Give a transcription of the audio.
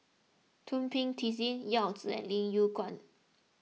Thum Ping Tjin Yao Zi and Lim Yew Kuan